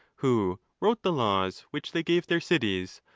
who wrote the laws which they gave their cities,